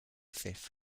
fifth